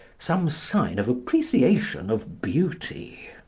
some sign of appreciation of beauty.